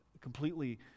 completely